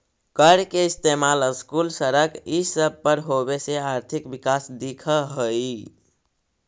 कर के इस्तेमाल स्कूल, सड़क ई सब पर होबे से आर्थिक विकास दिख हई